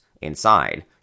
Inside